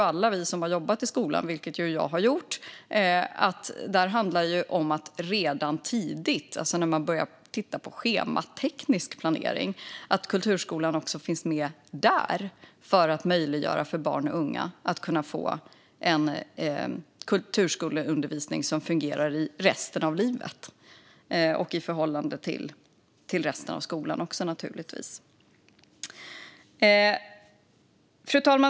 Alla som har jobbat i skolan, vilket jag har gjort, vet att det handlar om att kulturskolan redan tidigt, alltså när man börjar titta på schemateknisk planering, finns med där för att man ska kunna möjliggöra för barn och unga att få en kulturskoleundervisning som fungerar resten av livet - och även i förhållande till resten av skolan, naturligtvis. Fru talman!